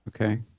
Okay